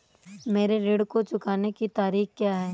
मेरे ऋण को चुकाने की तारीख़ क्या है?